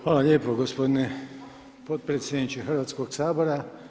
Hvala lijepo gospodine potpredsjedniče Hrvatskog sabora.